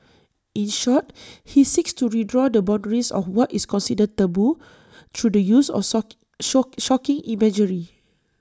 in short he seeks to redraw the boundaries of what is considered 'taboo' through the use of sock shock 'shocking' imagery